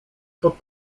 pod